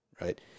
right